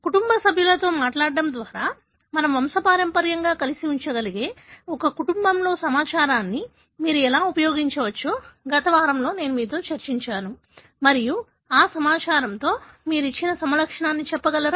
కుటుంబ సభ్యులతో మాట్లాడటం ద్వారా మనము వంశపారంపర్యంగా కలిసి ఉంచగలిగే ఒక కుటుంబంలోని సమాచారాన్ని మీరు ఎలా ఉపయోగించవచ్చో గత వారంలో నేను మీతో చర్చించాను మరియు ఆ సమాచారంతో మీరు ఇచ్చిన సమలక్షణాన్ని చెప్పగలరా